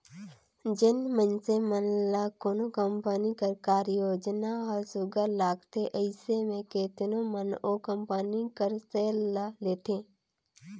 जेन मइनसे मन ल कोनो कंपनी कर कारयोजना हर सुग्घर लागथे अइसे में केतनो मन ओ कंपनी कर सेयर ल लेथे